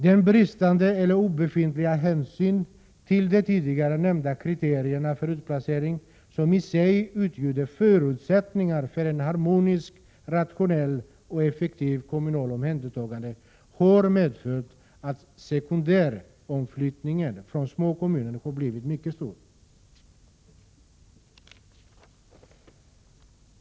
Den bristande, eller obefintliga, hänsynen till de tidigare nämnda kriterierna för utplacering, som i sig utgjorde förutsättningar för ett harmoniskt, rationellt och effektivt kommunalt omhändertagande, har medfört att sekundäromflyttningen från små kommuner har blivit mycket stor.